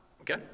Okay